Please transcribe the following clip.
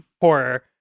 horror